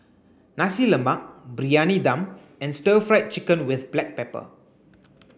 Nasi Lemak Briyani Dum and stir fried chicken with black pepper